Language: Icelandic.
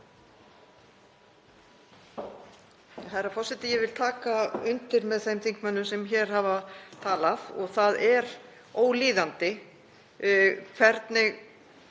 Herra forseti. Ég vil taka undir með þeim þingmönnum sem hér hafa talað. Það er ólíðandi hvernig